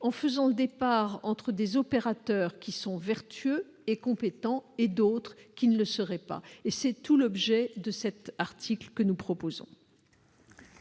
en faisant la distinction entre des opérateurs qui sont vertueux et compétents et d'autres qui ne le seraient pas. C'est tout l'objet de cet article. Le Gouvernement